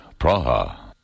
Praha